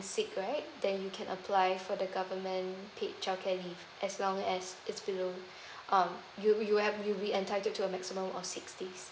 sick right then you can apply for the government paid child care leave as long as it's below um you you have you'll be entitled to a maximum of sixties